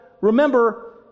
Remember